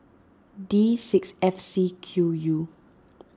D six F C Q U